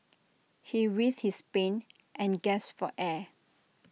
he writhed his pain and gasped for air